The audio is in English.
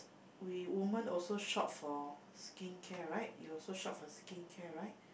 we woman also shop for skin care right you also shop for skin care right